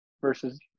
Versus